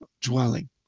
dwelling